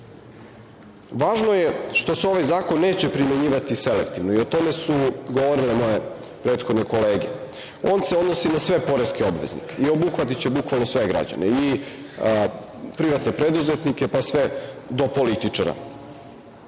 je što se ovaj zakon neće primenjivati selektivno i o tome su govorile moje prethodne kolege. On se odnosi na sve poreske obveznike i obuhvatiće bukvalno sve građane, i privatne preduzetnike, pa sve do političara. Pored